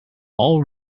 all